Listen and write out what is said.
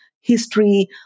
history